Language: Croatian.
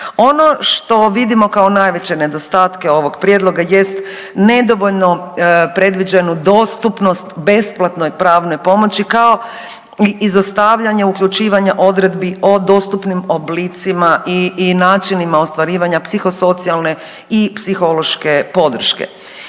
Ono što vidimo kao najveće nedostatke ovog prijedloga jest nedovoljno predviđenu dostupnost besplatnoj pravnoj pomoći kao i izostavljanje uključivanja odredbi o dostupnim oblicima i načinima ostvarivanja psihosocijalne i psihološke podrške.